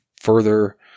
further